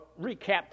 recap